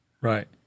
Right